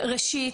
ראשית,